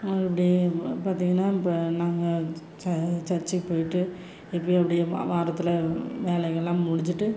மறுபடி பார்த்திங்கன்னா இப்போ நாங்கள் சர்ச்சுக்கு போய்ட்டு இப்படி அப்படியுமா வாரத்தில் வேலைகள்லாம் முடிச்சுட்டு